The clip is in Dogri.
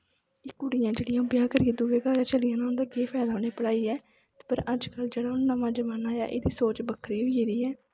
कुड़ियां जेह्ड़ियां ब्याह् करियै दुए घर चली जाना उं'दा केह् फैदा उ'नें ई पढ़ाइयै पर अजकल्ल जेह्ड़ा नमां जमान्ना ऐ एह्दी सोच बक्खरी होई गेदी ऐ